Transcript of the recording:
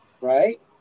right